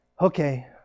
okay